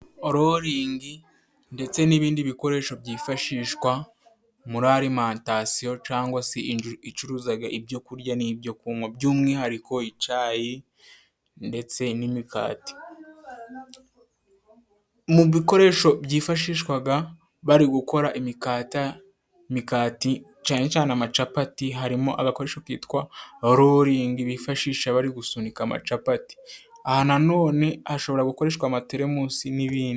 Oroloringi, ndetse n’ibindi bikoresho byifashishwa muri alimantasiyo, cangwa se inzu icuruzaga ibyo kurya n’ibyo kunwa, by’umwihariko icayi, ndetse n’imikati. Mu bikoresho byifashishwaga bari gukora imikate, imikati cane cane amacapati, harimo agakoresho kitwa oroloringi, bifashisha bari gusunika amacapati. Aha na none, hashobora gukoreshwa amateremusi n’ibindi.